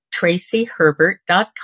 tracyherbert.com